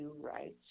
rights